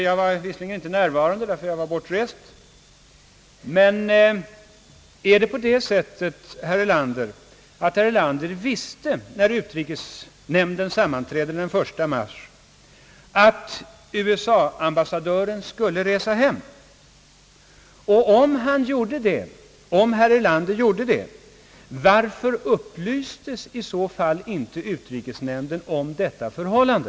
Jag var visserligen inte närvarande; jag var bortrest. Men förhåller det sig så, att herr Erlander vid utrikesnämndens sammanträde den 1 mars visste, att USA-ambassadören skulle resa hem, varför upplystes i så fall inte utrikesnämnden om detta förhållande?